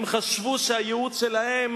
הם חשבו שהייעוד שלהם